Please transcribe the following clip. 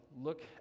look